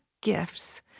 gifts